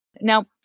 Now